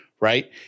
right